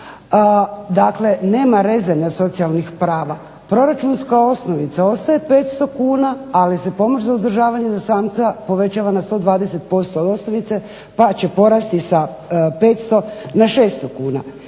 dakle nema rezanja socijalnih prava. Proračunska osnovica ostaje 500 kn ali se pomoć za uzdržavanje samca povećava za 120% od osnovice pa će porasti sa 500 na 600 kn.